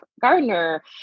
Gardner